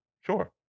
sure